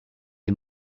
des